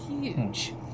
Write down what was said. huge